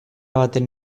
baten